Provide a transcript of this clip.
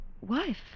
Wife